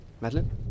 Madeline